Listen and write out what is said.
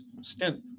stint